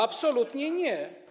Absolutnie nie.